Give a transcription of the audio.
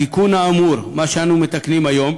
התיקון האמור, מה שאנו מתקנים היום,